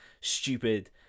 stupid